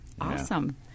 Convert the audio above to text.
Awesome